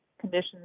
conditions